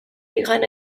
ligan